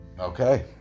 okay